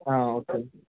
అవుతుంది